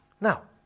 Now